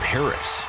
Paris